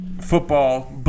football